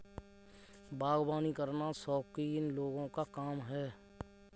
बागवानी करना शौकीन लोगों का काम है